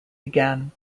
began